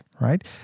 Right